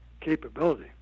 capability